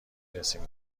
رسیم